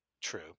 true